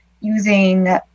using